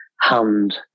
hand